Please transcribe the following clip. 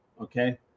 Okay